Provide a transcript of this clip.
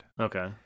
Okay